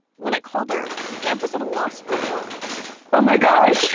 when i called her, deb was at a loss for words oh, my gosh.